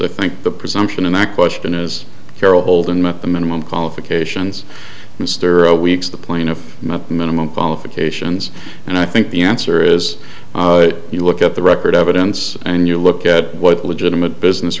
i think the presumption in that question is carol holden met the minimum qualifications mr weeks the plaintiff met the minimum qualifications and i think the answer is you look at the record evidence and you look at what legitimate business